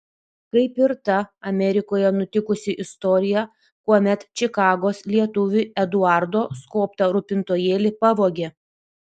kaip ir ta amerikoje nutikusi istorija kuomet čikagos lietuviui eduardo skobtą rūpintojėlį pavogė